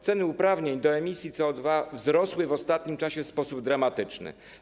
Ceny uprawnień do emisji CO2 wzrosły w ostatnim czasie w sposób dramatyczny.